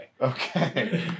Okay